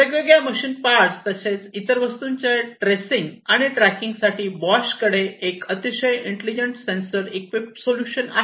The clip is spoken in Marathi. वेगवेगळ्या मशीन पार्ट्स तसेच इतर वस्तूंचा ट्रेसिंग आणि ट्रॅकिंग साठी बॉशकडे एक अतिशय इंटेलिजंट सेन्सर्स इक्विप सोल्युशन आहे